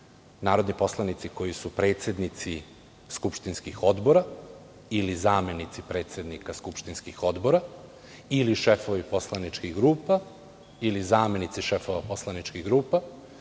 narodni poslanici koji su predsednici skupštinskih odbora ili zamenici predsednika skupštinskih odbora ili šefovi poslaničkih grupa ili zamenici šefova poslaničkih grupa.